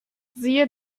siehe